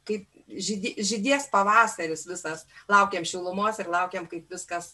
kaip žydi žydės pavasaris visas laukiam šilumos ir laukiam kaip viskas